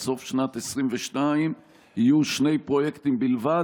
סוף שנת 2022 יהיו שני פרויקטים בלבד?